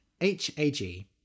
h-a-g